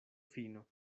fino